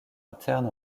interne